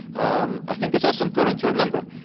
um i think it's also important to remember,